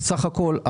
בסך הכול,